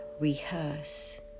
rehearse